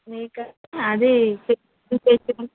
మీకు అది చెప్తాను